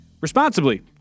responsibly